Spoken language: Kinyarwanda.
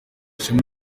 ishema